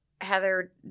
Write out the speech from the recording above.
Heather